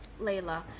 Layla